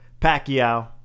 Pacquiao